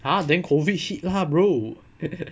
!huh! then COVID shit lah bro